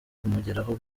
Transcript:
kumugeraho